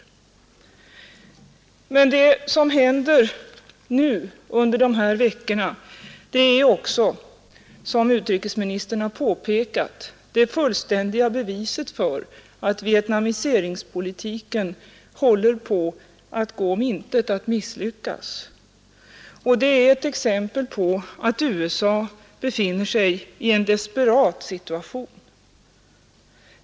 Men det som händer nu under de här veckorna är också, som utrikesministern har påpekat, det fullständiga beviset för att vietnamiseringspolitiken håller på att gå om intet, att misslyckas, och det är ett exempel på att USA befinner sig i en desperat situation.